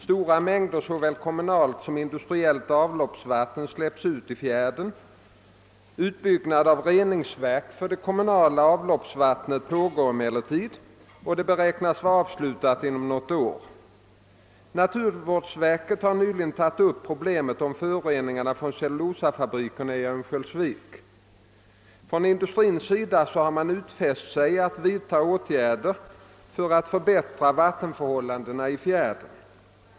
Stora mängder såväl kommunalt som «industriellt avloppsvatten släpps ut i fjärden. Utbyggnad av reningsverk för det kommunala avloppsvattnet pågår emellertid och beräknas vara avslutad inom något år. Naturvårdsverket har nyligen tagit upp problemen med föroreningarna från cellulosafabrikerna i Örnsköldsvik. Från industrins sida har man utfäst sig att vidta åtgärder för att förbättra vattenförhållandena i fjärden.